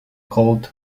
called